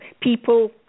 people